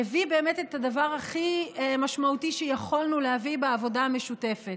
והביא באמת את הדבר הכי משמעותי שיכולנו להביא בעבודה המשותפת.